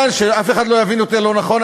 שאף אחד לא יבין אותי לא נכון,